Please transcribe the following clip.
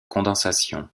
condensation